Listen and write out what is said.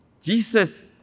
Jesus